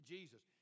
Jesus